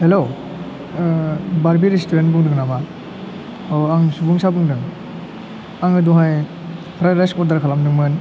hello बारबि restaurant बुंदों नामा आं सुबुंसा बुंदों आङो दहाय फ्राय राइस अरदार खालामदोंमोन